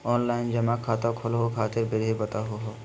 Online जमा खाता खोलहु खातिर विधि बताहु हो?